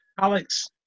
Alex